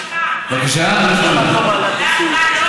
ואת הולכת לרב